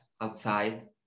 outside